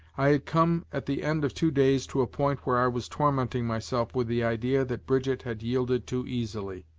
i had come, at the end of two days, to a point where i was tormenting myself with the idea that brigitte had yielded too easily.